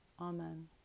Amen